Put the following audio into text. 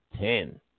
ten